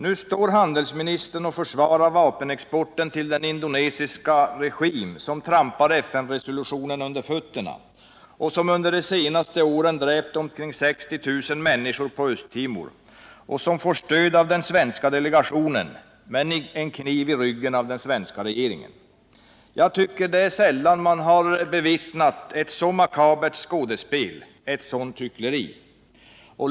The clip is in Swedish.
Nu står handelsministern och försvarar vapenexporten till den indonesiska regim som trampar FN resolutionen på fötterna och som under de senaste åren dräpt omkring 60 000 människor på det Östra Timor som får stöd av den svenska FN-delegationen, men en kniv i ryggen av den svenska regeringen. Jag tycker att man sällan har bevittnat ett så makabert skådespel, ett sådant hyckleri.